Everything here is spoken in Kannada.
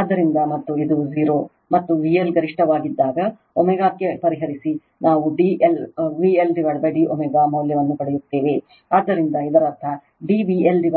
ಆದ್ದರಿಂದ ಮತ್ತು 0 ಮತ್ತು VL ಗರಿಷ್ಠವಾಗಿದ್ದಾಗ ω ಗೆ ಪರಿಹರಿಸಿ ನಾವು d VLd ω ಮೌಲ್ಯವನ್ನು ಪಡೆಯುತ್ತೇವೆ ಆದ್ದರಿಂದ ಇದರರ್ಥ d VLd